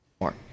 more